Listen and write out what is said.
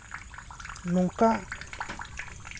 ᱱᱚᱝᱠᱟ